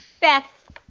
Beth